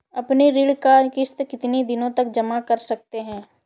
अपनी ऋण का किश्त कितनी दिनों तक जमा कर सकते हैं?